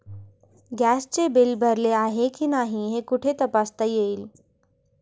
गॅसचे बिल भरले आहे की नाही हे कुठे तपासता येईल?